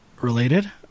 related